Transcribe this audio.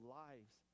lives